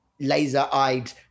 laser-eyed